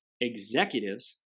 executives